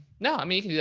no, i mean,